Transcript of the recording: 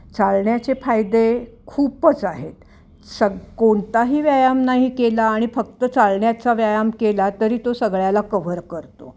चालण्याचे फायदे खूपच आहेत सग कोणताही व्यायाम नाही केला आणि फक्त चालण्याचा व्यायाम केला तरी तो सगळ्याला कव्हर करतो